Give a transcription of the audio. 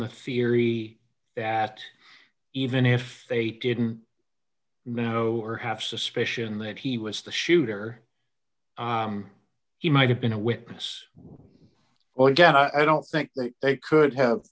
the theory that even if they didn't know or have suspicion that he was the shooter he might have been a witness well again i don't think they could have